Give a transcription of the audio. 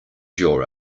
your